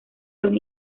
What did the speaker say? los